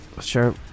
Sure